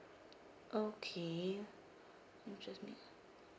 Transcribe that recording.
okay interest mi~